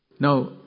Now